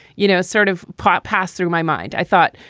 you know, sort of pop passed through my mind, i thought,